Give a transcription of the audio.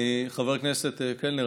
חבר הכנסת קלנר,